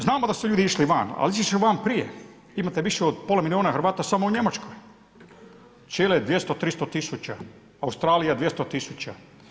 Znamo da su ljudi išli van ali išli su van prije, imate više od pola milijuna Hrvata samo u Njemačkoj, Čile 200, 300 tisuća, Australija 200 tisuća.